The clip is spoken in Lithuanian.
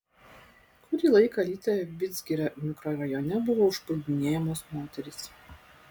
kurį laiką alytuje vidzgirio mikrorajone buvo užpuldinėjamos moterys